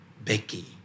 Becky